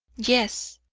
yes.